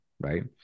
right